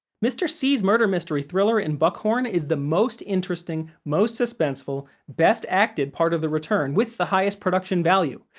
mr. c's murder mystery thriller in buckhorn is the most interesting, most suspenseful, best acted part of the return with the highest production value.